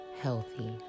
healthy